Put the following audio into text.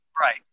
Right